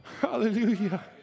Hallelujah